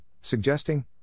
suggesting